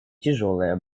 тяжелое